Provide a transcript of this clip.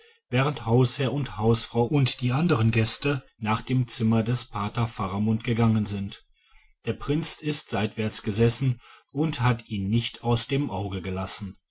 während hausherr und hausfrau und die anderen gäste nach dem zimmer des paters faramund gegangen sind der prinz ist seitwärts gesessen und hat ihn nicht aus dem auge gelassen